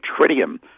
tritium